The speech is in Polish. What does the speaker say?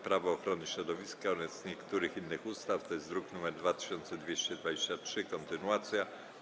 Prawo ochrony środowiska oraz niektórych innych ustaw (druk nr 2223) - kontynuacja.